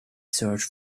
search